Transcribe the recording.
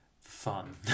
fun